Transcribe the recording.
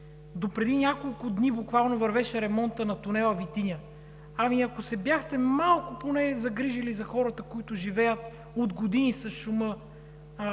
Допреди няколко дни буквално вървеше ремонтът на тунела „Витиня“. Ами ако се бяхте поне малко загрижили за хората, които живеят от години с шума